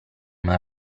una